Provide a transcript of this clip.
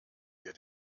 wir